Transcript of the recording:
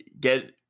get